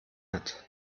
hat